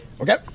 Okay